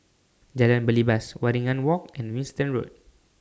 Jalan Belibas Waringin Walk and Winstedt Road